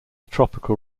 tropical